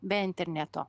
be interneto